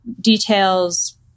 details